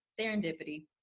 Serendipity